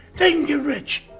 they can get rich.